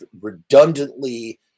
redundantly